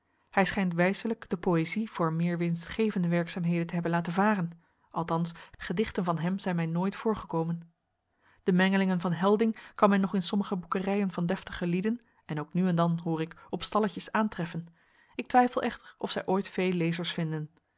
hij schijnt wijselijk de poëzie voor meer winstgevende werkzaamheden te hebben laten varen althans gedichten van hem zijn mij nooit voorgekomen de mengelingen van helding kan men nog in sommige boekerijen van deftige lieden en ook nu en dan hoor ik op stalletjes aantreffen ik twijfel echter of zij ooit veel lezers vinden